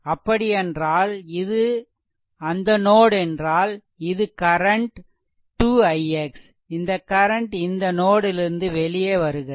அப்படியென்றால் இது அந்த நோட் என்றால் இது கரண்ட் 2 ix இந்த கரண்ட் இந்த நோடிலிருந்து வெளியே வருகிறது